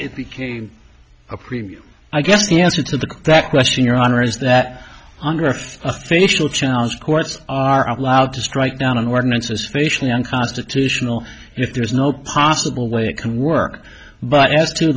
became a premium i guess the answer to that question your honor is that hunger facial challenge courts are allowed to strike down an ordinance is facially unconstitutional if there is no possible way it can work but as to